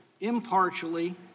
impartially